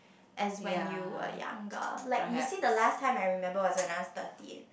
as when you were younger like you see the last time I remember was when I was thirteen